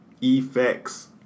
Effects